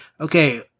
okay